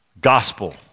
gospel